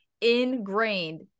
ingrained